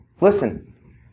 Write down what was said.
Listen